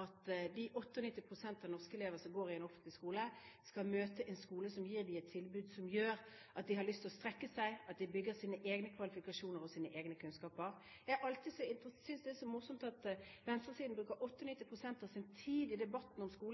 at de 98 pst. av norske elever som går i en offentlig skole, skal møte en skole som gir dem et tilbud som gjør at de har lyst til å strekke seg, at de bygger sine egne kvalifikasjoner og sine egne kunnskaper. Jeg synes det er så morsomt at venstresiden bruker 98 pst. av sin tid i debatter om